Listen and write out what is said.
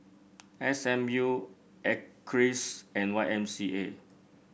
S M U Acres and Y M C A